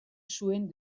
zuen